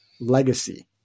legacy